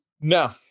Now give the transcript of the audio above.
No